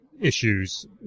issues